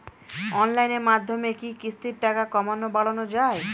অনলাইনের মাধ্যমে কি কিস্তির টাকা কমানো বাড়ানো যায়?